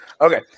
Okay